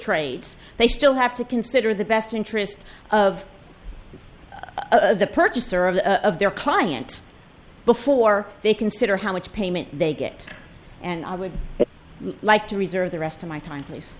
trades they still have to consider the best interest of the purchaser of of their client before they consider how much payment they get and i would like to reserve the rest of my time pl